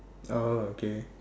oh okay